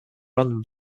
random